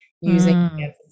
using